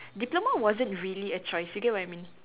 diploma wasn't really a choice you get what I mean